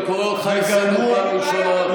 אני קורא אותך לסדר פעם ראשונה.